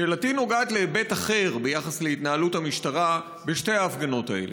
שאלתי נוגעת להיבט אחד ביחס להתנהלות המשטרה בשתי ההפגנות האלה.